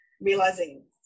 realizing